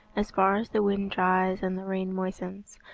as far as the wind dries and the rain moistens,